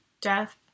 death